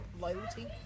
loyalty